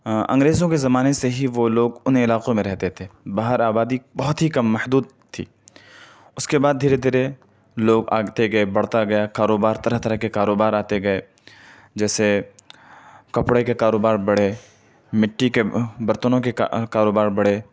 انگریزوں کے زمانے سے ہی وہ لوگ ان علاقوں میں رہتے تھے باہر آبادی بہت ہی کم محدود تھی اس کے بعد دھیرے دھیرے لوگ آتے گئے بڑھتا گیا کاروبار طرح طرح کے کاروبار آتے گئے جیسے کپڑے کے کاروبار بڑھے مٹی کے برتنوں کے کا کاروبار بڑھے